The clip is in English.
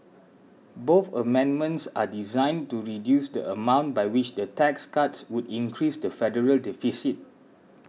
both amendments are designed to reduce the amount by which the tax cuts would increase the federal deficit